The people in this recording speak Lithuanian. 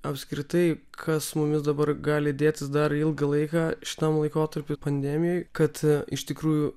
apskritai kas mumis dabar gali dėtis dar ilgą laiką šitam laikotarpy pandemijoj kad iš tikrųjų